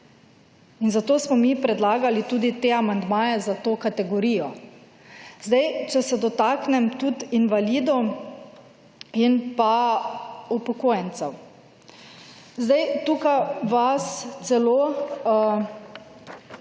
In zato smo mi predlagali tudi te amandmaje za to kategorijo. Če se dotaknem tudi invalidov in upokojencev. Tukaj vas celo